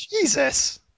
Jesus